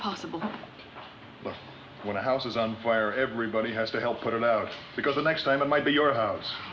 possible but when the house is on fire everybody has to help put it out because the next time it might be your